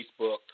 Facebook